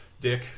Dick